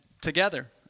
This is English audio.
together